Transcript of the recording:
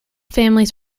families